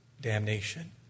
damnation